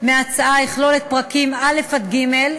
מההצעה יכלול את פרקים א' ג',